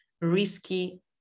risky